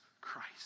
Christ